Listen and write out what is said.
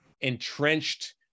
entrenched